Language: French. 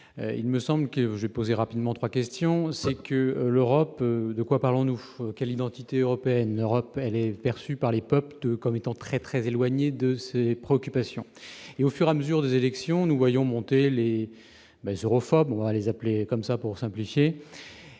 il me semble que j'ai posée rapidement 3 questions, c'est que l'Europe, de quoi parlons-nous quelle identité européenne Europe elle est perçue par les peuples comme étant très très éloigné de préoccupation et au fur et à mesure des élections, nous voyons monter Les mais europhobe, on va les appeler comme ça, pour simplifier,